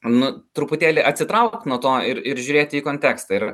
nu truputėlį atsitraukt nuo to ir ir žiūrėti į kontekstą ir